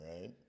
right